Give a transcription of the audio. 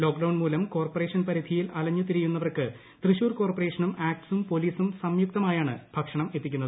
lock down മൂലം കോർപ്പറേഷൻ പരിധിയിൽ അലഞ്ഞുതിരിയുന്നവർക്ക് തൃശൂർ കോർപ്പറേഷനും ആക്ട്സും പോലീസും സംയുക്തമായാണ് ഭക്ഷണം എത്തിക്കുന്നത്